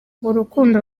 urukundo